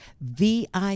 VIP